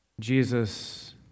Jesus